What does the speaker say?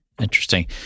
Interesting